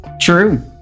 true